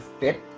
fit